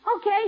Okay